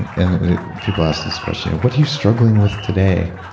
and and people ask this question. what are you struggling with today?